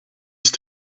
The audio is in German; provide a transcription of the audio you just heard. ist